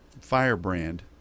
firebrand